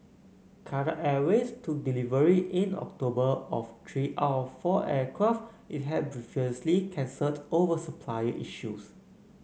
Qatar Airways took delivery in October of three out of four aircraft it had previously cancelled over supplier issues